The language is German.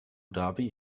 dhabi